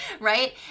right